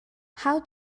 how